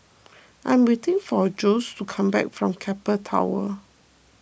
I'm waiting for Jose to come back from Keppel Towers